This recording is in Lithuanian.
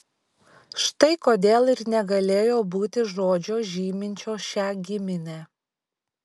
štai kodėl ir negalėjo būti žodžio žyminčio šią giminę